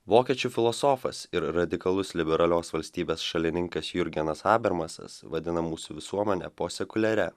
vokiečių filosofas ir radikalus liberalios valstybės šalininkas jurgenas abermasas vadina mūsų visuomenę posekuliaria